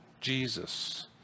Jesus